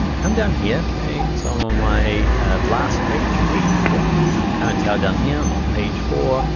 come down here. okay, so i'm on my last page, page four. you can kinda tell down here i'm on page four.